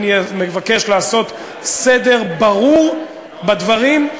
אני מבקש לעשות סדר ברור בדברים,